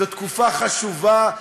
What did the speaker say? זו תקופה חשובה,